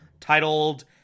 titled